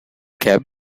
cab